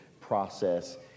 process